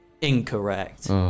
incorrect